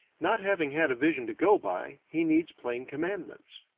not having had a vision to go by, he needs plain commandments.